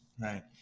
right